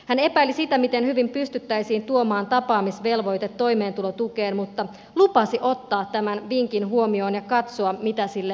hän epäili sitä miten hyvin pystyttäisiin tuomaan tapaamisvelvoite toimeentulotukeen mutta lupasi ottaa tämän vinkin huomioon ja katsoa mitä sille voitaisiin tehdä